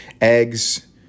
eggs